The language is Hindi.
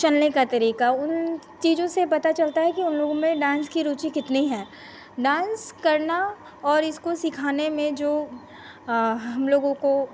चलने का तरीका उन चीज़ों से पता चलता है कि उन लोगों में डान्स की रुचि कितनी है डान्स करना और इसको सिखाने में जो हमलोगों को